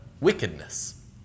wickedness